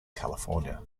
california